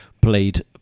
played